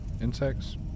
Insects